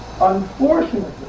Unfortunately